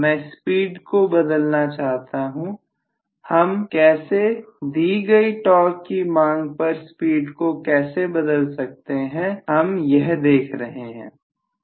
मैं स्पीड को बदलना चाहता हूं हम कैसे दी गई टॉर्क की मांग पर स्पीड को कैसे बदल सकते हैं हम यह देख रहे हैं